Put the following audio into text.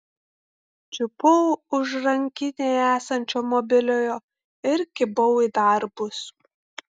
čiupau už rankinėje esančio mobiliojo ir kibau į darbus